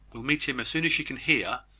will meet him as soon as she can hear,